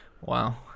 Wow